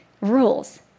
rules